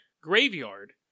graveyard